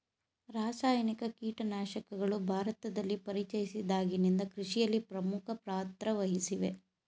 ರಾಸಾಯನಿಕ ಕೀಟನಾಶಕಗಳು ಭಾರತದಲ್ಲಿ ಪರಿಚಯಿಸಿದಾಗಿನಿಂದ ಕೃಷಿಯಲ್ಲಿ ಪ್ರಮುಖ ಪಾತ್ರ ವಹಿಸಿವೆ